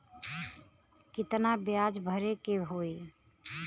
कितना ब्याज भरे के होई?